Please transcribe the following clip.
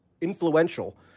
influential